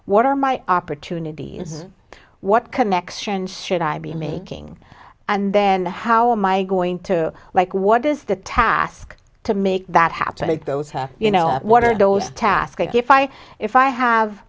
what are my opportunity what connection should i be making and then how am i going to like what is the task to make that happen at those her you know what are those tasks if i if i have